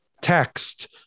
text